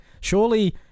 Surely